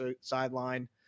sideline